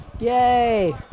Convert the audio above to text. Yay